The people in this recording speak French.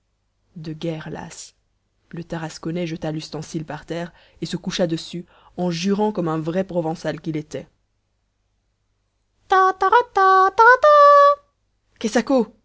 de guerre lasse le tarasconnais jeta l'ustensile par terre et se coucha dessus en jurant comme un vrai provençal qu'il était